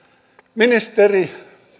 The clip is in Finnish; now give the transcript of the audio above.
ministeri